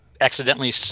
accidentally